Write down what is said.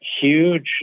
huge